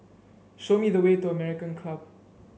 show me the way to American Club